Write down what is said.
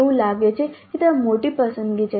એવું લાગે છે કે ત્યાં મોટી પસંદગી છે